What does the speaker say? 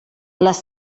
les